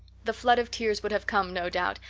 the flood of tears would have come, no doubt,